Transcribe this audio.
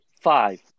Five